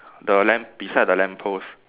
the lamp beside the lamppost